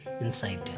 inside